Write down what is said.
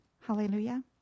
Hallelujah